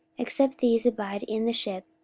except these abide in the ship,